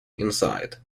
inside